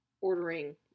ordering